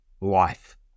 life